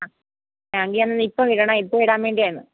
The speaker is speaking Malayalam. ആ എങ്കിൽ എന്ന ഇപ്പോൾ ഇടണം ഇപ്പോൾ ഇടാൻ വേണ്ടിയായിരുന്നു